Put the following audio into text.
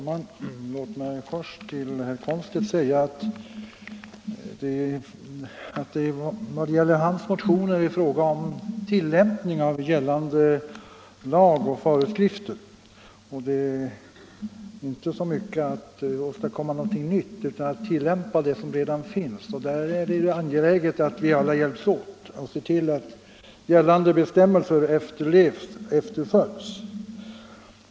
Herr talman! Herr Komstedts motioner gäller ju i första hand tilllämpning av gällande lagar och föreskrifter — det är inte så mycket fråga om att åstadkomma någonting nytt. Härvidlag är det angeläget att vi alla hjälps åt och ser till att gällande bestämmelser efterföljs.